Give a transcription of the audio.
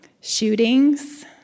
shootings